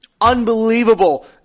Unbelievable